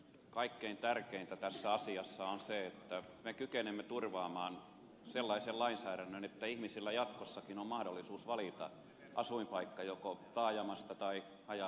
kaikkein tärkeintä tässä asiassa on se että me kykenemme turvaamaan sellaisen lainsäädännön että ihmisillä jatkossakin on mahdollisuus valita asuinpaikka joko taajamasta tai haja asutusalueelta